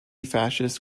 fascist